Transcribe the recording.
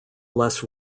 less